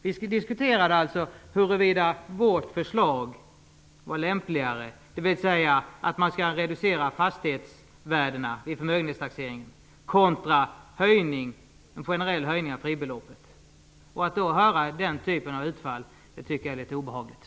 Vi diskuterade huruvida vårt förslag var lämpligare, dvs. att man skall reducera fastighetsvärdena i förmögenhetstaxeringen kontra en generell höjning av fribeloppet. Att då höra den typen av utfall tycker jag är litet obehagligt.